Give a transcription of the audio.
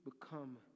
become